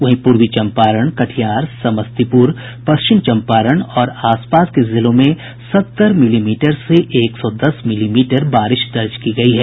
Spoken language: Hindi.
वहीं पूर्वी चम्पारण कटिहार समस्तीपूर पश्चिम चम्पारण और आस पास के जिलों में सत्तर मिलीमीटर से एक सौ दस मिलीमीटर बारिश दर्ज की गयी है